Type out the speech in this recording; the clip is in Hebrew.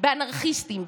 באנרכיסטים,